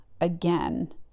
again